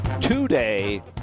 today